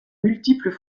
multiples